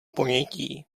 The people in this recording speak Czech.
ponětí